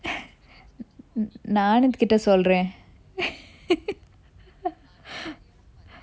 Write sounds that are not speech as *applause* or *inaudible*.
நா:na ananth கிட்ட சொல்றன்:kitta solran *laughs*